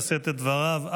לשאת את דבריו.